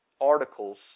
articles